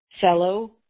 fellow